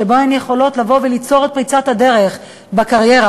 שבו הן יכולות ליצור את פריצת הדרך בקריירה,